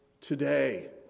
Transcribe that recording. today